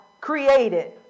created